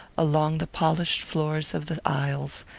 along the polished floor of the aisles,